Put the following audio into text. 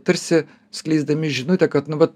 tarsi skleisdami žinutę kad nu va